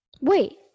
wait